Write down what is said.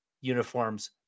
uniforms